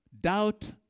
Doubt